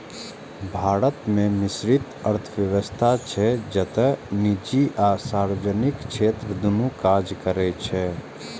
भारत मे मिश्रित अर्थव्यवस्था छै, जतय निजी आ सार्वजनिक क्षेत्र दुनू काज करै छै